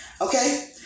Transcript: Okay